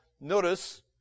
notice